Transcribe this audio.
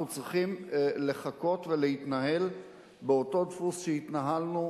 אנחנו צריכים לחכות ולהתנהל באותו דפוס שהתנהלנו,